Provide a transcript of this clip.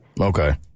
Okay